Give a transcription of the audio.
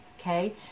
Okay